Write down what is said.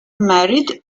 married